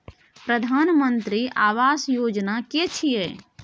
प्रधानमंत्री आवास योजना कि छिए?